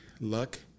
Luck